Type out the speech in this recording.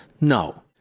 No